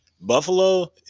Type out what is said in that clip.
Buffalo